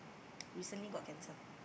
recently got cancer